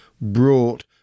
brought